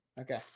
Okay